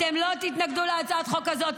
אתם לא תתנגדו להצעת החוק הזאת,